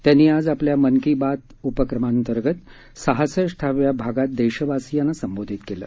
त्यांनी आज आपल्या मन की बात उपक्रमांतर्गत सहासष्टाव्या भागात देशवासीयांना संबोधित केलं